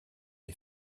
les